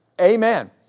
Amen